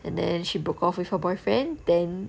and then she broke off with her boyfriend then